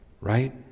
right